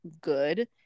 good